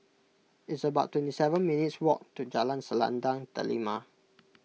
it's about twenty seven minutes' walk to Jalan Selendang Delima